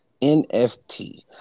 NFT